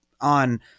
on